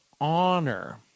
honor